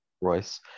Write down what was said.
Royce